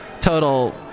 Total